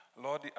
Lord